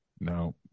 No